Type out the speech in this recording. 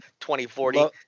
2040